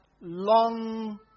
long